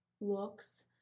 looks